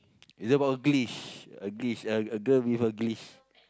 it's about a glitch a glitch a a girl with a glitch